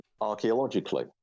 archaeologically